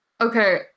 Okay